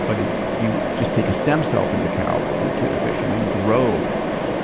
but it's, you just take a stem cell from the cow or from the tuna fish and then grow